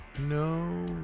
no